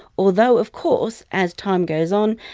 although, of course, as time goes on,